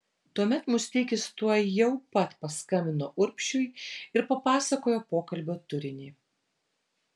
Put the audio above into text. tuomet musteikis tuojau pat paskambino urbšiui ir papasakojo pokalbio turinį